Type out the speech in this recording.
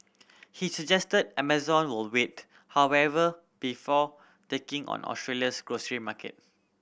he suggested Amazon would wait however before taking on Australia's grocery market